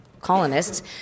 colonists